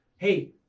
Hey